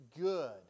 good